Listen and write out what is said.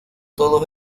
todos